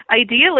ideally